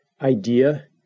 idea